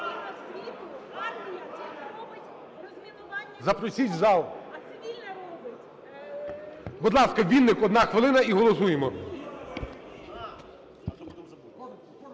Запросіть в зал. Будь ласка, Вінник. Одна хвилина і голосуємо.